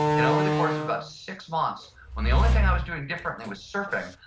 and over the course of about six months, when the only thing i was doing differently was surfing,